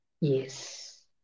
Yes